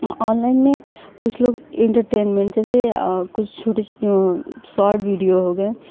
online में कुछ लोग इंटरटेनमेंट जैसे कुछ छोटे शोर्ट विडिओ हो गई